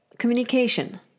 communication